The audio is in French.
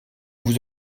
vous